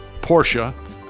Porsche